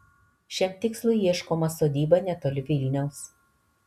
šiam tikslui ieškoma sodyba netoli vilniaus